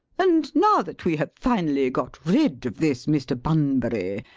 and now that we have finally got rid of this mr. bunbury,